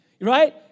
right